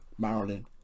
Marilyn